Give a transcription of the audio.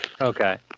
Okay